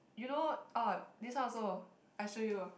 you know oh this one also I show you